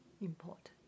important